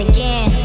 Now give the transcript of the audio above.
Again